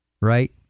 right